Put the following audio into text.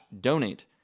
donate